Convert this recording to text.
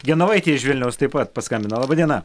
genovaitė iš vilniaus taip pat paskambino laba diena